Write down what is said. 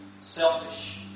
selfish